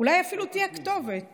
אולי אפילו תהיה כתובת